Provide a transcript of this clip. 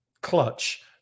clutch